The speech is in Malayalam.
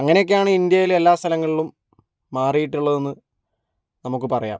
അങ്ങനെ ഒക്കെയാണ് ഇന്ത്യയിൽ എല്ലാ സ്ഥലങ്ങളിലും മാറിയിട്ടുള്ളതെന്ന് നമുക്ക് പറയാം